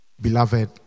Beloved